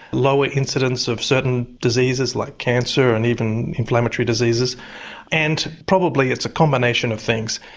lower incidence of certain diseases like cancer and even inflammatory diseases and probably it's a combination of things.